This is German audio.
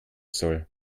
soll